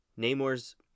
Namor's